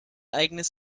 eigenes